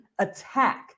attack